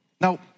Now